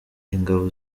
ingabo